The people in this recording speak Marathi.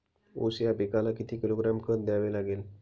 ऊस या पिकाला किती किलोग्रॅम खत द्यावे लागेल?